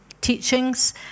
teachings